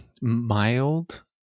mild